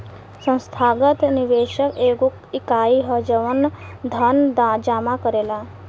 संस्थागत निवेशक एगो इकाई ह जवन धन जामा करेला